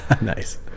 Nice